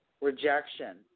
rejection